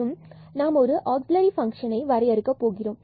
மற்றும் நாம் ஒரு ஆக்சில்லரி பங்ஷனனை வரையறுக்கப் போகிறோம்